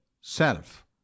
self